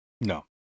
No